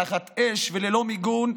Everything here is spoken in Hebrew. תחת אש וללא מיגון,